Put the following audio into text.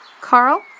Carl